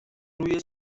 روی